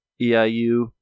EIU